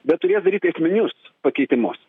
bet turės daryt esminius pakeitimus